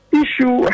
issue